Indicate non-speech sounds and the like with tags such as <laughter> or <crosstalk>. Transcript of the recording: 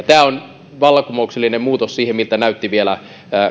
<unintelligible> tämä on vallankumouksellinen muutos siihen nähden miltä näytti vielä